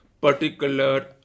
particular